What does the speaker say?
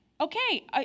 Okay